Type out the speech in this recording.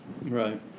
Right